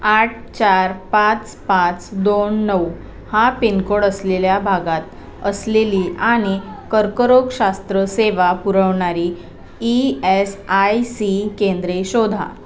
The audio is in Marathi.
आठ चार पाच पाच दोन नऊ हा पिन कोड असलेल्या भागात असलेली आणि कर्करोगशास्त्र सेवा पुरवणारी ई एस आय सी केंद्रे शोधा